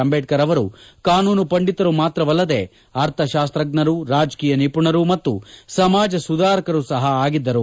ಅಂಬೇಡ್ತರ್ ಅವರು ಕಾನೂನು ಪಂಡಿತರು ಮಾತ್ರವಲ್ಲದೇ ಅರ್ಥಶಾಸ್ತಜ್ಞರು ರಾಜಕೀಯ ನಿಪುಣರು ಮತ್ತು ಸಮಾಜ ಸುಧಾರಕರು ಸಪ ಆಗಿದ್ದರು